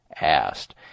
asked